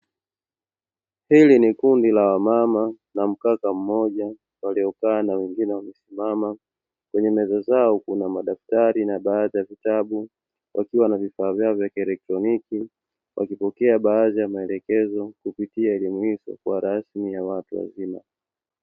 Hili ni kundi la wamama na mkaka mmoja waliokaa na wengine wamesimama, kwenye meza zao kuna madaftari na baadhi ya vitabu wakiwa na vifaa vyao vya kielektroniki, wakipokea baadhi ya maelekezo kupitia elimu hii isiyokua rasmi ya watu wazima.